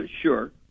sure